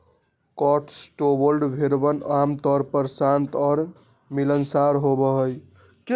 Cotswold भेड़वन आमतौर पर शांत और मिलनसार होबा हई